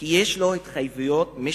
כי יש לו התחייבויות משפחתיות.